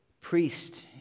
priest